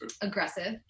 aggressive